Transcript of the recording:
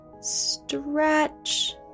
Stretch